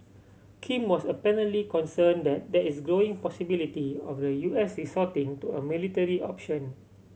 Kim was apparently concern that there is growing possibility of the U S resorting to a military option